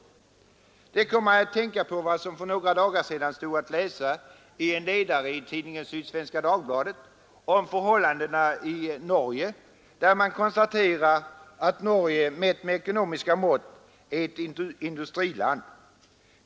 Detta kommer mig att tänka på vad som för några dagar sedan stod att läsa i en ledare i tidningen Sydsvenska Dagbladet om förhållandena i Norge, där man konstaterar att Norge mätt med ekonomiska mått är ett industriland.